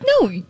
no